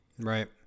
Right